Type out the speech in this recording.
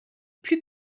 plus